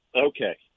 Okay